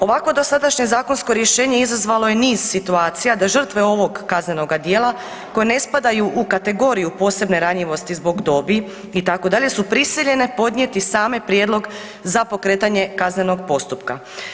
Ovakvo dosadašnje zakonsko rješenje izazvalo je niz situacija da žrtve ovog kaznenoga djela koje ne spadaju u kategoriju posebne ranjivosti zbog dobi itd. su prisiljene podnijeti same prijedlog za pokretanje kaznenog postupka.